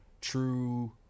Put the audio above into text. true